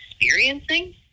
experiencing